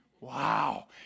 Wow